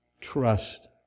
trust